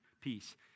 peace